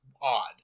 odd